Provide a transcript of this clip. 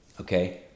okay